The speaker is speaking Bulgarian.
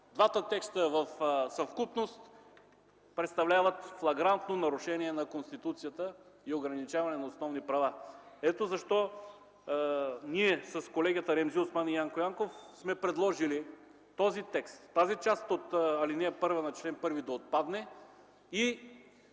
двата текста, в съвкупност представлява флагрантно нарушение на Конституцията и ограничаване на основни права. Ето защо с колегите Ремзи Осман и Янко Янков сме предложили този текст, тази част от ал. 1 на чл. 1 да отпадне и